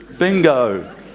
Bingo